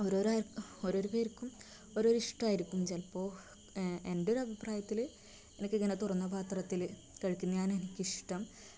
ഓരോരോ ഓരോരോ പേർക്കും ഓരോരോ ഇഷ്ടമാരിക്കും ചിലപ്പോൾ എൻ്റെ ഒരഭിപ്രായത്തില് എനിക്കിങ്ങനെ തുറന്ന പാത്രത്തില് കഴിക്കുന്നതാണ് എനിക്കിഷ്ടം